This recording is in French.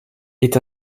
est